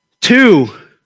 Two